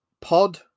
pod